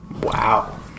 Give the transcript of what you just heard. wow